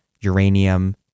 uranium